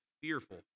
fearful